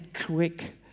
quick